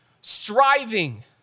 striving